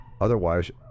Otherwise